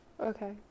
Okay